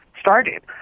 started